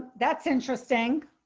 that's interesting.